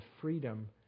freedom